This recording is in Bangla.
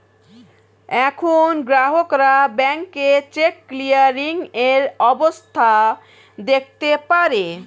এখন গ্রাহকরা ব্যাংকে চেক ক্লিয়ারিং এর অবস্থা দেখতে পারে